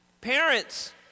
Parents